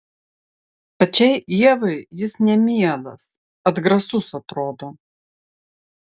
pačiai ievai jis nemielas atgrasus atrodo